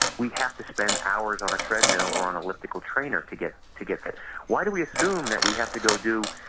we have to spend hours on a treadmill or on electrical trainer to get to get this, why do we assume that we have go do,